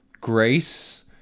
grace